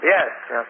Yes